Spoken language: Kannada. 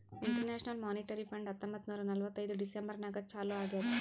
ಇಂಟರ್ನ್ಯಾಷನಲ್ ಮೋನಿಟರಿ ಫಂಡ್ ಹತ್ತೊಂಬತ್ತ್ ನೂರಾ ನಲ್ವತ್ತೈದು ಡಿಸೆಂಬರ್ ನಾಗ್ ಚಾಲೂ ಆಗ್ಯಾದ್